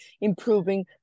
improving